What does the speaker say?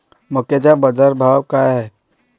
मक्याचा बाजारभाव काय हाय?